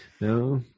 no